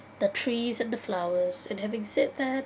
the trees and the flowers and having said that